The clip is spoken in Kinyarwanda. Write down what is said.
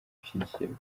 gushyigikirwa